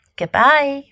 goodbye